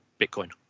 Bitcoin